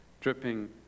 dripping